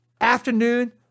afternoon